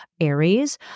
Aries